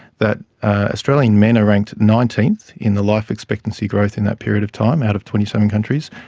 that australian men are ranked nineteenth in the life expectancy growth in that period of time out of twenty seven countries,